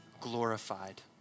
glorified